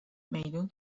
میدون